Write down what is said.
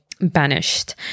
banished